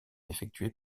effectuées